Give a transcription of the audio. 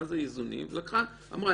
היא אמרה,